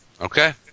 Okay